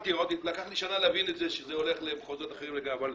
לקח לי שנה להבין שזה הולך למחוזות אחרים לגמרי.